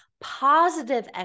positive